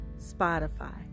Spotify